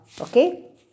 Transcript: okay